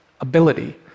ability